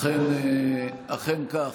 אכן כך.